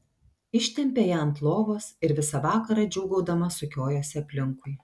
ištempė ją ant lovos ir visą vakarą džiūgaudama sukiojosi aplinkui